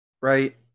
Right